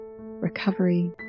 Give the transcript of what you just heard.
Recovery